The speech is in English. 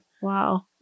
Wow